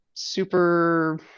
super-